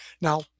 now